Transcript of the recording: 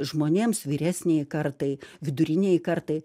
žmonėms vyresniajai kartai vidurinei kartai